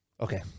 Okay